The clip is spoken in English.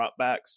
dropbacks